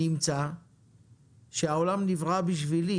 נמצא שהעולם נברא בשבילי,